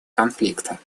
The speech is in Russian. конфликта